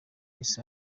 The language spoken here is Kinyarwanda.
east